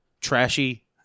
trashy